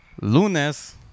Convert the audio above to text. lunes